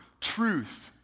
truth